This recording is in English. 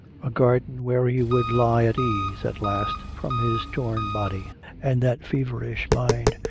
a garden where he would lie at ease at last from his torn body and that feverish mind,